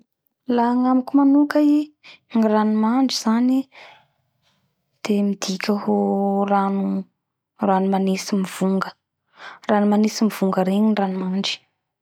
La agnamiko manoka i ny rano mandry zany e midika ho rano manitsy mivonga zay ny atao rano mandry